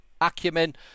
acumen